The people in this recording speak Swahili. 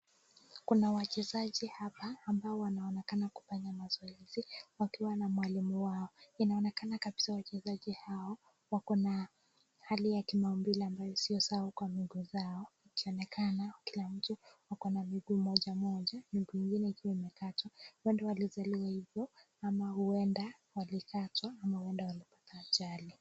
Kuna wachezaji hapa ambao wanaonekana kufanya mazoezi wakiwa na mwalimu wao. Inaonekana kabisa wachezaji hao wako na hali ya maumbili ambayo sio sawa kwa miguu yao. Inaonekana kila mtu ako na mguu moja moja na pengine ikiwa imekatwa huenda walizaliwa hivyo ama huenda alikatwa baada ya ajali.